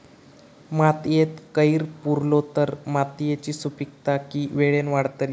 मातयेत कैर पुरलो तर मातयेची सुपीकता की वेळेन वाडतली?